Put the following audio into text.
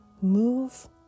move